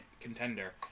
contender